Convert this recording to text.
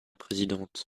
présidente